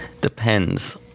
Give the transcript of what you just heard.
depends